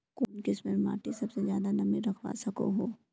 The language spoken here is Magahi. कुन किस्मेर माटी सबसे ज्यादा नमी रखवा सको हो?